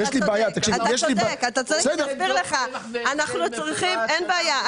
אין בעיה,